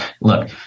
look